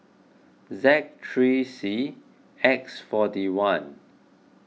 Z three C X forty one